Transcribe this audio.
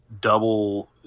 Double